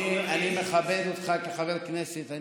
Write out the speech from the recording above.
אני מכבד אותך כחבר כנסת.